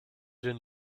den